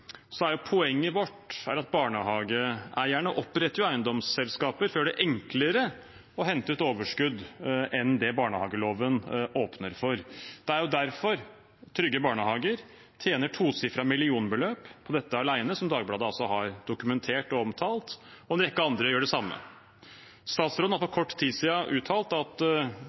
enklere å hente ut overskudd enn det barnehageloven åpner for. Det er derfor Trygge Barnehager tjener tosifret millionbeløp på dette alene, som Dagbladet har dokumentert og omtalt. En rekke andre gjør det samme. Statsråden har for kort tid siden uttalt, til og med skrevet, at